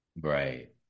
Right